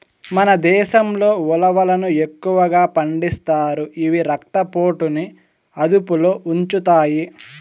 మన దేశంలో ఉలవలను ఎక్కువగా పండిస్తారు, ఇవి రక్త పోటుని అదుపులో ఉంచుతాయి